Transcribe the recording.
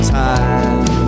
time